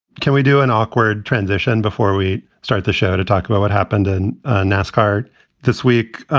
can we do an awkward transition before we start the show to talk about what happened in nascar this week?